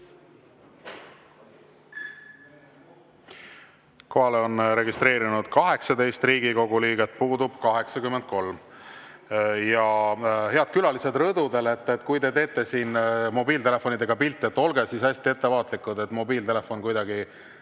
on registreerunud 18 Riigikogu liiget, puudub 83. Head külalised rõdudel! Kui te teete siin mobiiltelefonidega pilte, olge hästi ettevaatlikud, et mobiiltelefon kuidagi